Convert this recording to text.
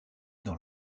dans